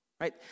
right